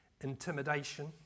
intimidation